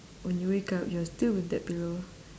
when you wake up you are still with that pillow